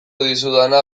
dizudana